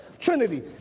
Trinity